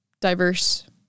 diverse